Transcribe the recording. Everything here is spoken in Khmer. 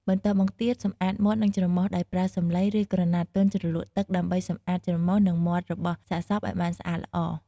បន្ទាប់មកទៀតសម្អាតមាត់ និងច្រមុះ ដោយប្រើសំឡី ឬក្រណាត់ទន់ជ្រលក់ទឹក ដើម្បីសម្អាតច្រមុះ និងមាត់របស់សាកសពឲ្យបានស្អាតល្អ។